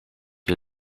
you